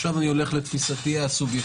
עכשיו אני הולך לתפיסתי הסובייקטיבית,